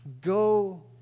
Go